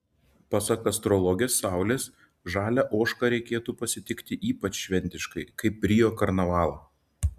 pasak astrologės saulės žalią ožką reikėtų pasitikti ypač šventiškai kaip rio karnavalą